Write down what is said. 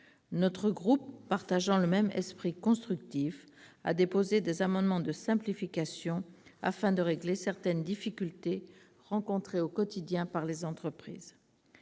Notre groupe, partageant le même esprit constructif, a déposé des amendements de simplification, afin de régler certaines difficultés rencontrées au quotidien par les entreprises.